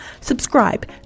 Subscribe